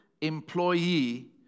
employee